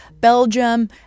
Belgium